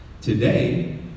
Today